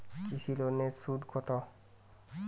কৃষি লোনের সুদ কত?